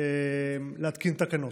להתקין תקנות.